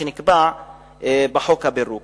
שנקבעו בחוק הפירוק.